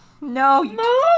No